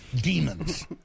demons